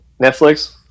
netflix